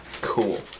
Cool